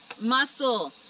muscle